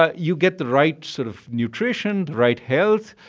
ah you get the right sort of nutrition, right health.